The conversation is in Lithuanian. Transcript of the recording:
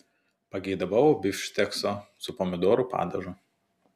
pageidavau bifštekso su pomidorų padažu